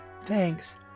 thanks